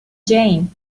jane